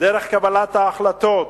דרך קבלת ההחלטות,